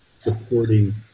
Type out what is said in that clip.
supporting